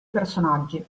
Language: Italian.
personaggi